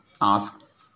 ask